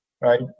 right